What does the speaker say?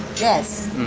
yes?